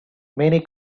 many